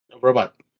Robot